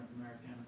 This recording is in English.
American